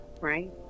Right